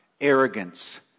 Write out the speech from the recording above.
arrogance